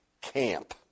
camp